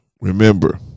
remember